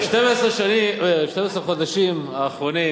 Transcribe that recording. ב-12 החודשים האחרונים,